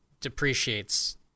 depreciates